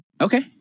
Okay